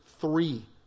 three